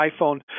iPhone